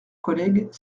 collègues